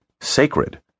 Sacred